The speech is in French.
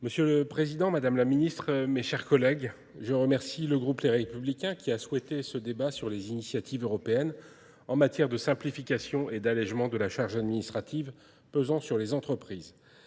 Monsieur le Président, Madame la Ministre, mes chers collègues, je remercie le groupe Les Républicains qui a souhaité ce débat sur les initiatives européennes en matière de simplification et d'allègement de la charge administrative pesant sur les entreprises.